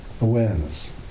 awareness